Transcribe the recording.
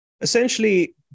Essentially